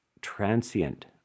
transient